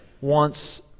wants